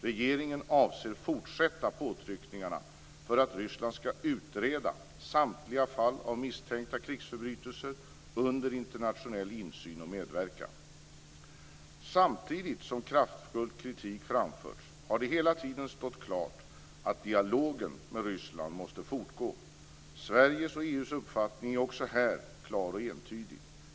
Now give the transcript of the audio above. Regeringen avser att fortsätta påtryckningarna för att Ryssland ska utreda samtliga fall av misstänkta krigsförbrytelser, under internationell insyn och medverkan. Samtidigt som kraftfull kritik framförts har det hela tiden stått klart att dialogen med Ryssland måste fortgå. Sveriges och EU:s uppfattning är också här klar och entydig.